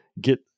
get